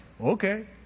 Okay